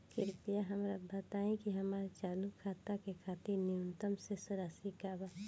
कृपया हमरा बताइ कि हमार चालू खाता के खातिर न्यूनतम शेष राशि का बा